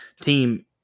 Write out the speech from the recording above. team